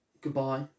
Goodbye